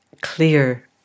clear